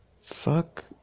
Fuck